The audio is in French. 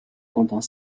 pendant